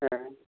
ᱦᱮᱸ